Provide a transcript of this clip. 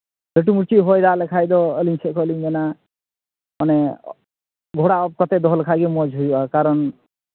ᱟᱹᱰᱤ ᱞᱟᱹᱴᱩᱭ ᱦᱚᱭ ᱫᱟᱜ ᱞᱮᱠᱷᱟᱡ ᱫᱚ ᱟᱹᱞᱤᱧ ᱥᱮᱫ ᱠᱷᱚᱱᱟᱜ ᱞᱤᱧ ᱢᱮᱱᱟ ᱢᱟᱱᱮ ᱜᱷᱚᱲᱟ ᱚᱯᱷ ᱠᱟᱛᱮᱫ ᱫᱚᱜᱚ ᱞᱮᱠᱷᱟᱡ ᱜᱮ ᱢᱚᱡᱽ ᱦᱩᱭᱩᱜᱼᱟ ᱠᱟᱨᱚᱱ